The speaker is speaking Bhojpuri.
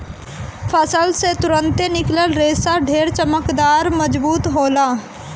फसल से तुरंते निकलल रेशा ढेर चमकदार, मजबूत होला